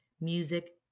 music